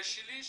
כשליש